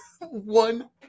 One